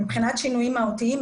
מבחינת שינויים מהותיים,